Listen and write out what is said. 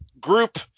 group